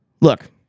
Look